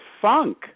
funk